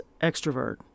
extrovert